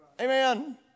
Amen